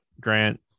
Grant